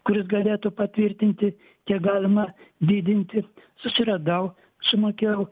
kuris galėtų patvirtinti kiek galima didinti susiradau sumokėjau